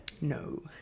No